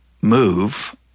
move